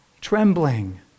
Trembling